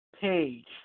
page